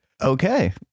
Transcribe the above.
Okay